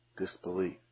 disbelief